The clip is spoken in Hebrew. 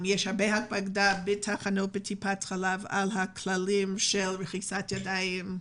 יש הרבה הקפדה בתחנות טיפות החלב על הכללים של רחיצת ידיים.